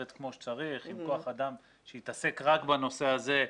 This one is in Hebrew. כמו שצריך עם כוח אדם שיתעסק רק בנושא הזה,